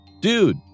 dude